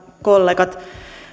kollegat